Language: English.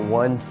one